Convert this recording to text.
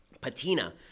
patina